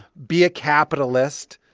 be a capitalist.